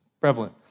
prevalent